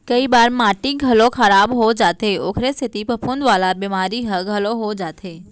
कई बार माटी घलौ खराब हो जाथे ओकरे सेती फफूंद वाला बेमारी ह घलौ हो जाथे